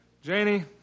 Janie